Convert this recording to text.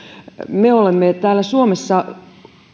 me olemme täällä suomessa